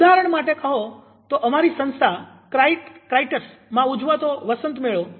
ઉદાહરણ માટે કહો તો અમારી સંસ્થા ક્રાઈટસ માં ઉજવાતો વસંત મેળો